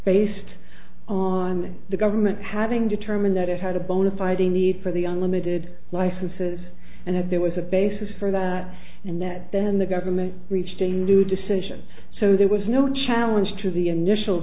based on the government having determined that it had a bona fide a need for the unlimited licenses and if there was a basis for that and that then the government reached a new decision so there was no challenge to the initial